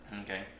Okay